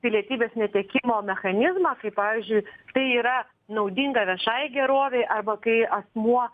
pilietybės netekimo mechanizmą kai pavyzdžiui tai yra naudinga viešajai gerovei arba kai asmuo